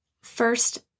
First